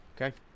Okay